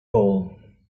hole